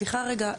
סליחה רגע.